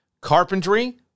carpentry